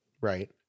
right